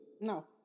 No